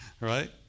Right